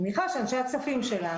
אני מניחה שאנשי הכספים שלנו.